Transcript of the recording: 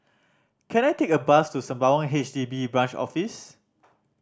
can I take a bus to Sembawang H D B Branch Office